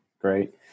Great